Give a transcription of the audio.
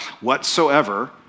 whatsoever